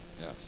Yes